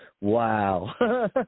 wow